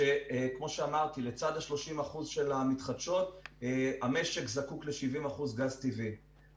שלצד ה-30% של המתחדשות המשק זקוק ל-70% גז טבעי,